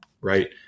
Right